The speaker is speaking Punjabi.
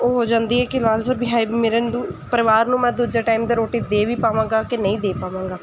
ਉਹ ਹੋ ਜਾਂਦੀ ਹੈ ਕਿ ਪਰਿਵਾਰ ਨੂੰ ਮੈਂ ਦੂਜੇ ਟਾਈਮ 'ਤੇ ਰੋਟੀ ਦੇ ਵੀ ਪਾਵਾਂਗਾ ਕਿ ਨਹੀਂ ਦੇ ਪਾਵਾਂਗਾ